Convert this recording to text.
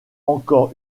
encore